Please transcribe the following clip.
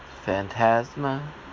phantasma